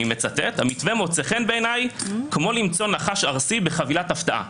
אני מצטט המתווה מוצא חן בעיניי כמו למצוא נחש ארסי בחבילת הפתעה,